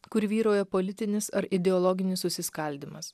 kur vyrauja politinis ar ideologinis susiskaldymas